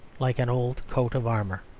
like an old coat of armour.